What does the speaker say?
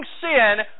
sin